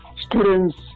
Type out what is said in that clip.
students